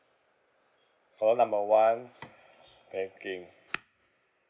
call number one banking